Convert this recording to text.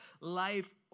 life